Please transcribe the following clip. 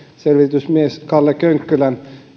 selvitysmies kalle könkkölän